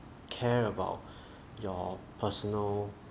care about your personal